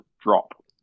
drop